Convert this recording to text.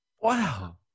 Wow